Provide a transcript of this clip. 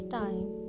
time